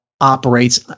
operates